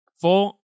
four